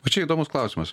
o čia įdomus klausimas